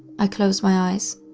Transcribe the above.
i closed my eyes,